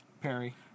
perry